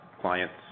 clients